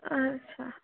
अच्छा